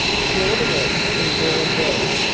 broad awake in broad day,